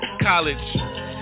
college